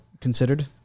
considered